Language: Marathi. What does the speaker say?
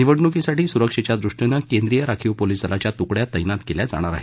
निवडणुकीसाठी सुरक्षेच्या दृष्टीनं केंद्रीय राखीव पोलीस दलाच्या तुकड्या तैनात केल्या जाणार आहेत